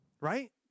Right